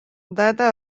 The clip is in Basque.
data